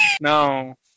No